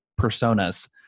personas